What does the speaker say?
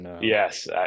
yes